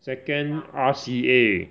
second R_C_A